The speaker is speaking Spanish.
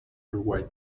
uruguay